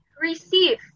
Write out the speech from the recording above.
receive